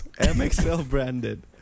MXL-branded